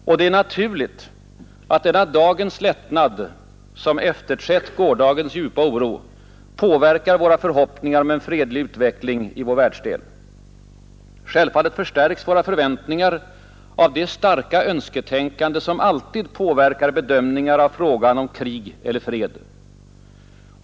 Och det är naturligt att denna dagens lättnad, som efterträtt gårdagens djupa oro, påverkar våra förhoppningar om en fredlig utveckling i vår världsdel. Självfallet förstärks våra förväntningar av det starka önsketänkande som alltid påverkar bedömningar av frågan om krig eller fred.